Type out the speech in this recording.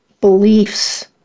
beliefs